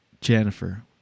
Jennifer